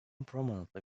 prominently